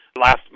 Last